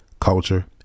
culture